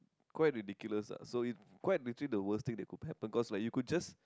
quite ridiculous lah so it quite literally the worst thing that could happen like cause you could just